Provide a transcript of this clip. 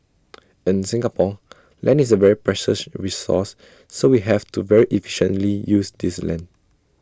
in Singapore land is A very precious resource so we have to very efficiently use this land